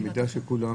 לא.